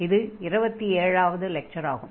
இது 27 வது லெக்சர் ஆகும்